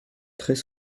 très